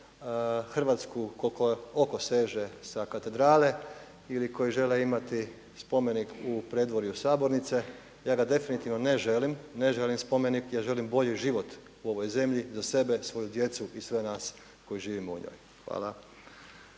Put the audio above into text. Hrvatsku koliko oko seže sa katedrale ili koji žele imati spomenik u predvorju sabornice. Ja ga definitivno ne želim, ne želim spomenik, ja želim bolji život u ovoj zemlji za sebe, svoju djecu i sve nas koji živimo u njoj. Hvala.